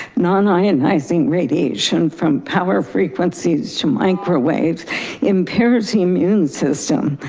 non ionizing radiation from power frequencies to microwaves impairs the immune system.